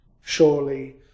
surely